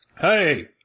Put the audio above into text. Hey